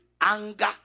anger